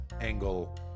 angle